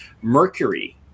mercury